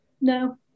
No